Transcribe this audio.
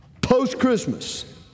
Post-Christmas